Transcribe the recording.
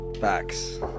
Facts